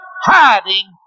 hiding